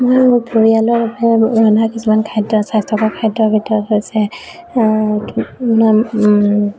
মই মোৰ পৰিয়ালৰ বাবে ৰন্ধা কিছুমান খাদ্য স্বাস্থ্যকৰ খাদ্যৰ ভিতৰত হৈছে